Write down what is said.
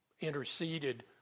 interceded